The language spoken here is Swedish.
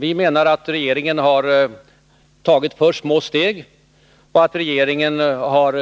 Vi menar att regeringen har tagit för små steg och att regeringen har